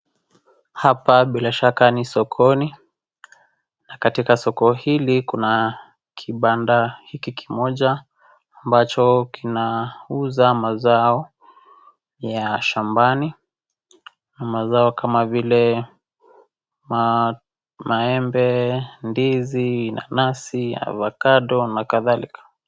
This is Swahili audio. Hapa bila shaka ni sokoni na katika soko hili kuna kibanda hiki kimoja ambacho kinauza mazao ya shambani mazao kama vile maembe ,ndizi , nanasi , avakado na kadhalika.